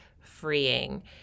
freeing